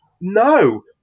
no